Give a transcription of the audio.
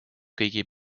kõigi